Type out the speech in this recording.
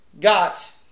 got